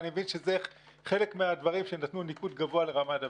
אני מבין שזה חלק מהדברים שנתנו ניקוד גבוה לרמת דוד.